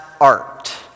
art